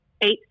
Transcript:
eight